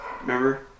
remember